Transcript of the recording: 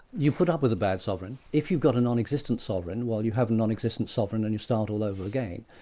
you put up with a bad sovereign. if you've got a non-existent sovereign, well you have a non-existent sovereign and you start all over again.